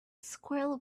squirrel